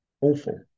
awful